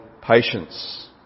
patience